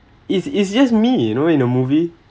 it's it’s just me you know in the movie